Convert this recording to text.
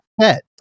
pet